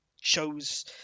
shows